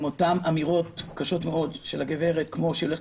עם אותן אמירות קשות מאוד של הגברת שהולכת